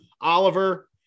Oliver